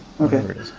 Okay